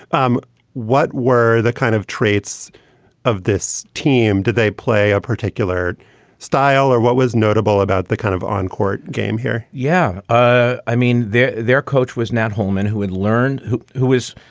um what were the kind of traits of this team? did they play a particular style or what was notable about the kind of on-court game here? yeah, i i mean, their their coach was not hohman who had learned who who is,